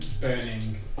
burning